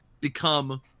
become